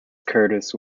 curtis